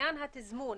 עניין התזמון.